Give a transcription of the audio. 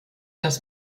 das